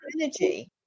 energy